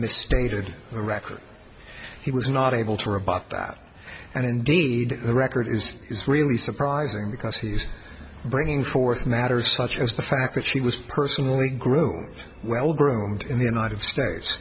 misstated the record he was not able to rebuff that and indeed the record is is really surprising because he's bringing forth matters such as the fact that she was personally groomed well groomed in the united states